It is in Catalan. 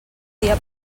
dia